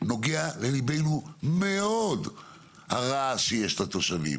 נוגע לליבנו מאוד הרעש שיש לתושבים,